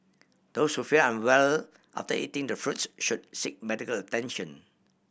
those who feel unwell after eating the fruits should seek medical attention